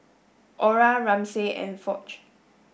Orah Ramsey and Foch